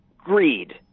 greed